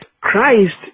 Christ